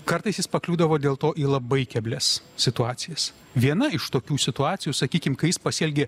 kartais jis pakliūdavo dėl to į labai keblias situacijas viena iš tokių situacijų sakykime kai jis pasielgė